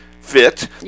fit